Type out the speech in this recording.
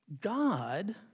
God